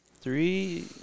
three